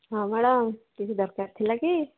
ହଁ ମ୍ୟାଡ଼ମ୍ କିଛି ଦରକାର ଥିଲା କି